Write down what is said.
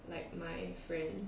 like my friend